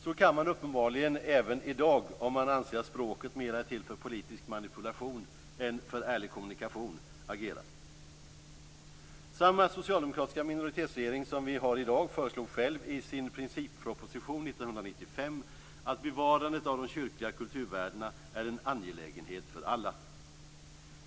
Så kan man uppenbarligen agera även i dag om man anser att språket mera är till för politisk manipulation än för ärlig kommunikation. Samma socialdemokratiska minoritetsregering som vi har i dag föreslog själv i sin principproposition 1995 att bevarandet av de kyrkliga kulturvärdena var en angelägenhet för alla.